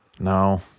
No